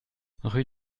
rue